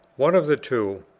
one of the two,